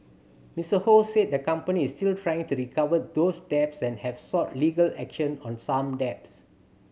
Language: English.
Mister Ho said the company still trying to recover those debts and have sought legal action on some debts